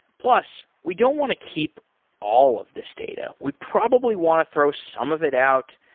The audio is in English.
plus, we don't want to keep all of this data. we probably want to throw some of it out.